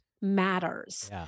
matters